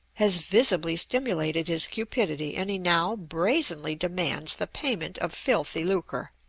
has visibly stimulated his cupidity, and he now brazenly demands the payment of filthy lucre,